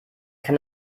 kann